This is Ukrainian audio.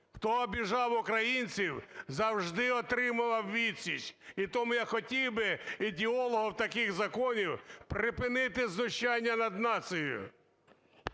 Хто обіжав українців, завжди отримував відсіч. І тому я хотів би ідеологів таких законів припинити знущання над нацією.